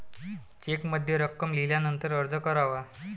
चेकमध्ये रक्कम लिहिल्यानंतरच अर्ज करावा